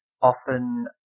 often